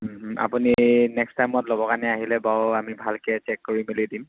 আপুনি নেক্সট টাইমত ল'ব কাৰণে আহিলে বাৰু আমি ভালকৈ চেক কৰি মেলি দিম